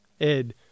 Ed